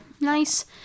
nice